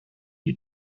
you